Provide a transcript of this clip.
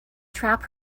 trap